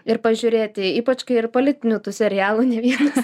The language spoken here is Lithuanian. ir pažiūrėti ypač kai ir politinių tų serialų ne vienas